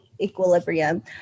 Equilibrium